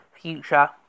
future